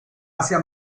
asia